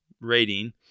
rating